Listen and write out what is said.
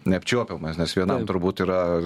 neapčiuopiamas nes vienam turbūt yra